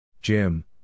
Jim